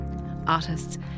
Artists